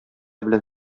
белән